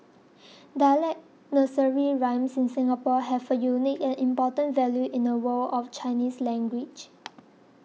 dialect nursery rhymes in Singapore have a unique and important value in the world of Chinese language